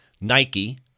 Nike